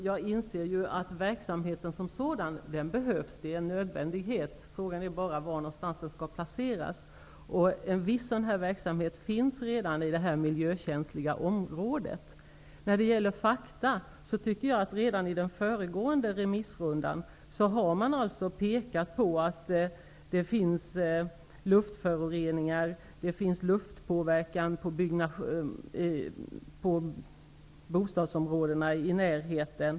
Herr talman! Jag inser att verksamheten som sådan behövs. Den är en nödvändighet. Frågan är bara var den skall placeras. En viss sådan verksamhet finns redan i detta miljökänsliga område. När det gäller fakta tycker jag att man redan i den föregående remissrundan har pekat på att det finns luftföroreningar och luftpåverkan på bostadsområdena i närheten.